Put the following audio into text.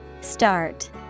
Start